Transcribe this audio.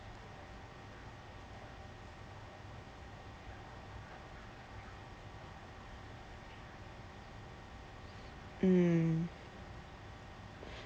mm